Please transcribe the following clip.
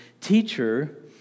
teacher